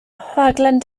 rhaglen